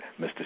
Mr